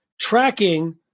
tracking